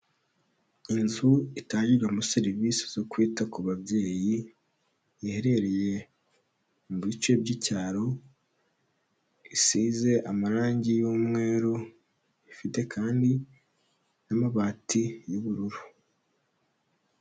Inzu itangirwamo serivisi zo kwita ku babyeyi, iherereye mu bice by'icyaro isize amarange y'umweru, ifite kandi n'amabati y'ubururu.